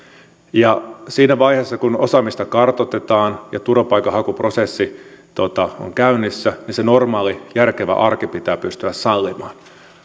ja siinä vaiheessa kun osaamista kartoitetaan ja turvapaikanhakuprosessi on käynnissä se normaali järkevä arki pitää pystyä sallimaan